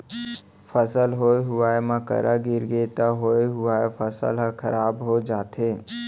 फसल होए हुवाए म करा गिरगे त होए हुवाए फसल ह खराब हो जाथे